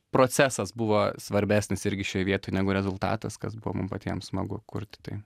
procesas buvo svarbesnis irgi šioj vietoj negu rezultatas kas buvo mum patiem smagu kurti tai